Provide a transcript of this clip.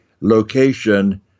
location